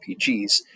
RPGs